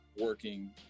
working